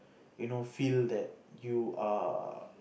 you know feel that you are